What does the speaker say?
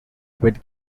with